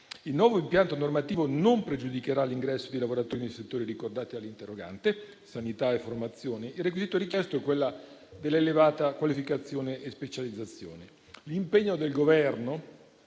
Il nuovo impianto normativo non pregiudicherà l'ingresso di lavoratori nei settori ricordati dall'interrogante (sanità e formazione). Il requisito richiesto è quello dell'elevata qualificazione e specializzazione.